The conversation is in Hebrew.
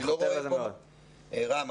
רם,